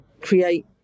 create